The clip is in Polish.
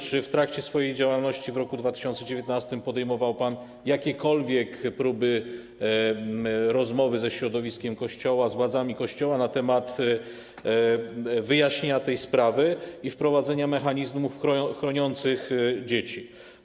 Czy w trakcie swojej działalności w roku 2019 podejmował pan jakiekolwiek próby rozmowy ze środowiskiem Kościoła, z władzami Kościoła na temat wyjaśnienia tej sprawy i wprowadzenia mechanizmów chroniących dzieci?